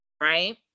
right